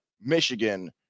Michigan